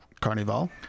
Carnival